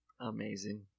Amazing